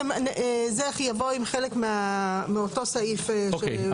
זה יבוא עם חלק מאותו סעיף ש אוקיי,